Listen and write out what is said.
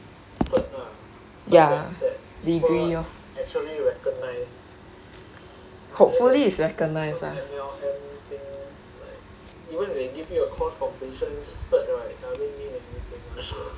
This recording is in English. ya degree lor hopefully is recognised ah